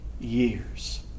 years